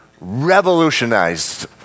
revolutionized